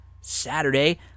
Saturday